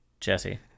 Jesse